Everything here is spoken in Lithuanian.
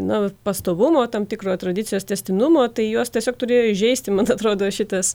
na pastovumo tam tikro tradicijos tęstinumo tai juos tiesiog turėjo įžeisti man atrodo šitas